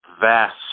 vast